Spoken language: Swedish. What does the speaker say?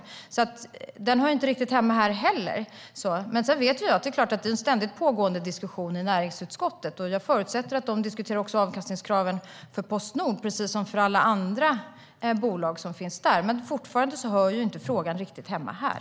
Inte heller den frågan hör alltså riktigt hemma här. Jag vet dock att det förs en ständigt pågående diskussion i näringsutskottet, och jag förutsätter att de diskuterar avkastningskraven också för Postnord precis som för alla andra bolag. Men fortfarande hör inte frågan riktigt hemma här.